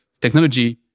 technology